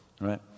right